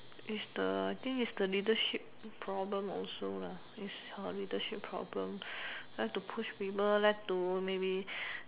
is the I think is the leadership problem also is her leadership problem like to push people like to maybe